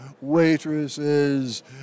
waitresses